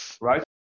right